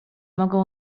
mogą